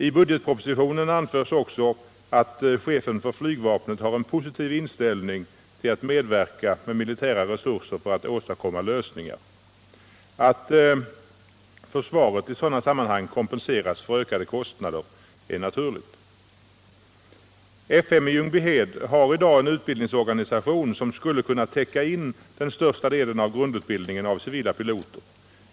I budgetpropositionen anförs även att chefen för flygvapnet har en positiv inställning till att medverka med militära resurser för att åstadkomma lösningar. Att försvaret i sådana sammanhang kompenseras för ökade kostnader är naturligt. F 5 i Ljungbyhed har i dag en utbildningsorganisation som skulle kunna täcka in största delen av grundutbildningen av civila piloter.